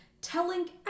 Telling